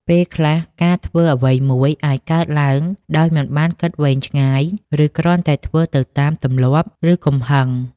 ពេលខ្លះ ការធ្វើអ្វីមួយអាចកើតឡើងដោយមិនបានគិតវែងឆ្ងាយ ឬគ្រាន់តែធ្វើទៅតាមទម្លាប់ ឬកំហឹង។